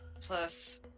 Plus